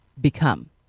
become